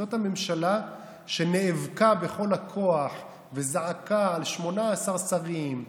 זאת הממשלה שנאבקה בכל הכוח וזעקה על 18 שרים,